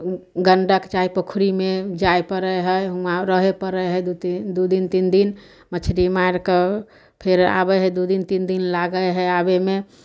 गंडक चाहे पोखरिमे जाय परै हइ हुवाँ रहे परै है दू तीन दू दिन तीन दिन मछरी मारि कऽ फेर आबै है दू दिन तीन लागै है आबैमे